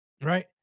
right